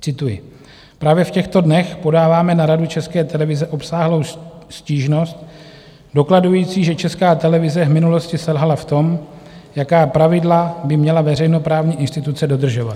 Cituji: Právě v těchto dnech podáváme na Radu České televize obsáhlou stížnost dokladující, že Česká televize v minulosti selhala v tom, jaká pravidla by měla veřejnoprávní instituce dodržovat.